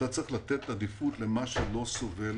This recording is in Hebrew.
אתה צריך לתת עדיפות למה שלא סובל